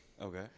Okay